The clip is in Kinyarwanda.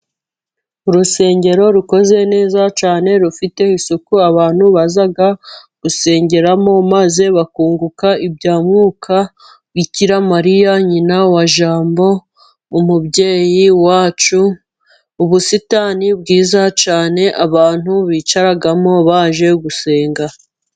Urusengero rukoze neza cyane rufite isuku, abantu baza gusengeramo maze bakunguka ibya mwuka, Bikiramariya nyina wa jambo umubyeyi wacu. Ubusitani bwiza cyane abantu bicaramo baje gusenga.